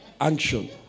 action